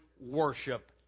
worship